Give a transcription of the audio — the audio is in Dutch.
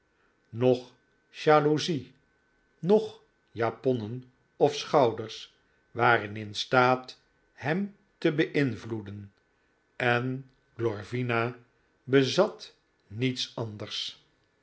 jaloezie noch japonnen of schouders waren in staat hem te bei'nvloeden en glorvina bezat niets anders